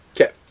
Okay